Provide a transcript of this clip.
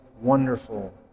wonderful